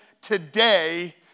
today